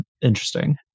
interesting